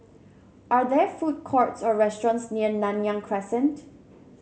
are there food courts or restaurants near Nanyang Crescent